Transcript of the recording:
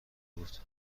بود